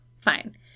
fine